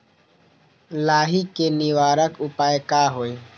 लाही के निवारक उपाय का होई?